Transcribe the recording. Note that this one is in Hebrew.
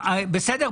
בסדר?